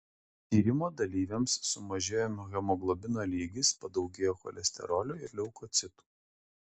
tyrimo dalyviams sumažėjo hemoglobino lygis padaugėjo cholesterolio ir leukocitų